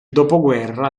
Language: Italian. dopoguerra